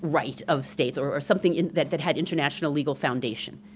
right of states, or something that that had international legal foundation.